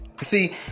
see